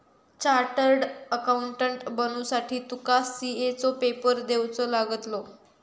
chartered accountant बनुसाठी तुका CA चो पेपर देवचो लागतलो